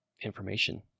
information